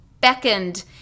beckoned